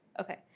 Okay